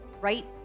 right